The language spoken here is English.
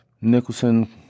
Nicholson